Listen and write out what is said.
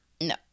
No